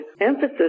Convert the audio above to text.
emphasis